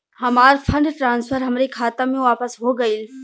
हमार fund transfer हमरे खाता मे वापस हो गईल